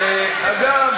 דמגוגיה בגרוש.